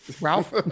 Ralph